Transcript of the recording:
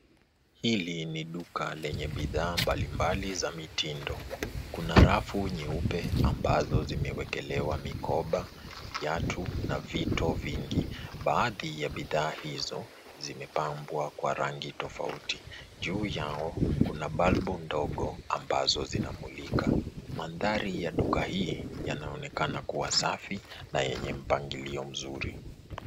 Hili ni duka lenye bidhaa mbalimbali za mitindo. Kuna rafu nyeupe ambazo zimewekelewa mikoba, viatu na vito vingi. Baadhi ya bidhaa hizo zimepambwa kwa rangi tofauti. Juu yao kuna balubu ndogo ambazo zinamulika. Mandhari ya duka hii yanaonekana kuwa safi na yenye mpangilio mzuri.